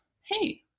hey